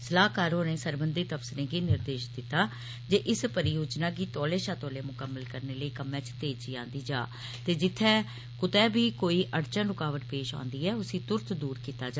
सलाहकार होरें सरबंधित अफसरें गी निर्देश दिता जे इस परियोजना गी तौले शा तौले मुकम्मल करने लेई कम्मै च तेजी आन्दी जा ते जित्थे कृतै बी कोई अइचन रुकावट पेश और्दी ऐ उसी तृरत दूर कीता जा